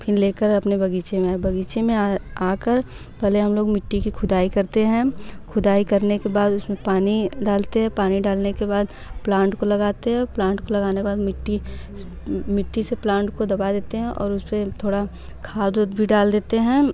फिर ले कर अपने बग़चे में आए बग़ीचे में आए आ कर पहले हम लोग मिट्टी की खुदाई करते हैं खुदाई करने के बाद उस मे पानी डालते हैं पानी डालने के बाद प्लांट को लगाते प्लांट को लगाने के बाद मिट्टी मिट्टी से प्लांट को दबा देते हैं और उस पे थोडा खाद उद भी डाल देते है